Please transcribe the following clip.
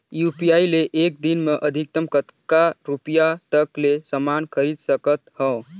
UPI ले एक दिन म अधिकतम कतका रुपिया तक ले समान खरीद सकत हवं?